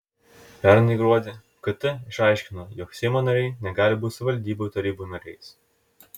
pernai gruodį kt išaiškino jog seimo nariai negali būti savivaldybių tarybų nariais